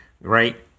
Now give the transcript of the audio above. right